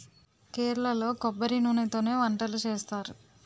కేరళలో కొబ్బరి నూనెతోనే వంటలు చేస్తారు